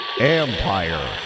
Empire